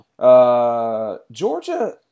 Georgia